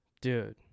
Dude